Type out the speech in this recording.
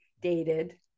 dated